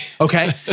okay